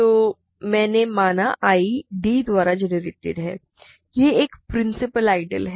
तो मैंने माना I d द्वारा जनरेटेड है यह एक प्रिंसिपल आइडियल है